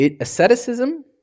Asceticism